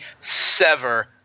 sever